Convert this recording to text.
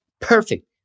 perfect